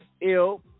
ill